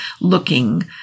looking